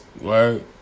Right